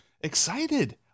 excited